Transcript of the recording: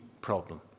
problem